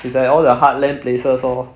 it's like all the heartland places lor